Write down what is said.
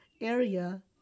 area